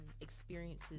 experiences